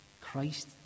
christ